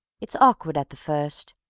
it's awkward at the first,